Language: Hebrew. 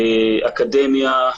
מן האקדמיה,